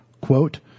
Quote